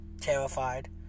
Terrified